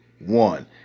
one